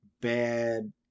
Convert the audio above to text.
bad